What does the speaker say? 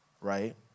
Right